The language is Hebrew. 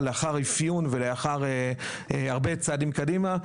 אבל לאחר אפיון ולאחר הרבה צעדים קדימה,